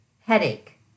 headache